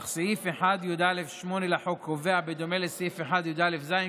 אך בדומה לסעיף 1יא(ז),